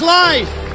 life